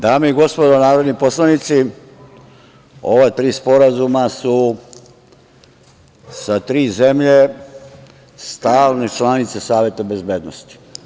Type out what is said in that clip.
Dame i gospodo narodni poslanici, ova tri sporazuma su sa tri zemlje stalne članice Saveta bezbednosti.